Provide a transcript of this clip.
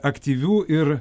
aktyvių ir